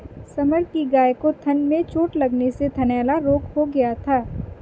summer की गाय को थन में चोट लगने से थनैला रोग हो गया था